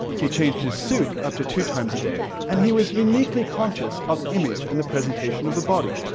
he changed his suit up to two times a day, and he was uniquely conscious of image and the presentation of the body.